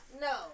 No